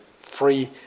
free